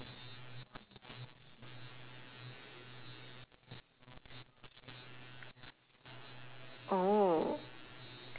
oh